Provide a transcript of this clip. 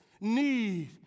need